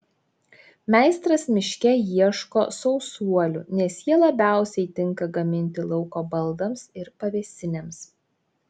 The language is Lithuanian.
meistras miške ieško sausuolių nes jie labiausiai tinka gaminti lauko baldams ir pavėsinėms